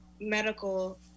medical